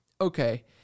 Okay